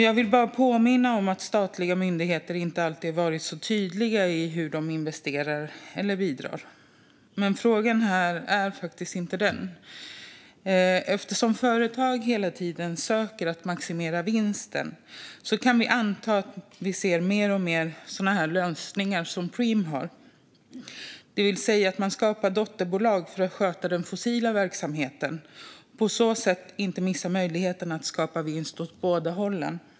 Jag vill bara påminna om att statliga myndigheter inte alltid har varit så tydliga med hur de investerar eller bidrar. Men det är faktiskt inte det som är frågan här. Eftersom företag hela tiden söker efter att maximera vinsten kan vi anta att vi kommer att se fler och fler sådana här lösningar som Preem har, det vill säga att man skapar dotterbolag för att sköta den fossila verksamheten och på så sätt inte missar möjligheten att skapa vinst åt båda hållen.